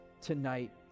tonight